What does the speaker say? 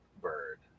bird